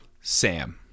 Sam